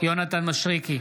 יונתן מישרקי,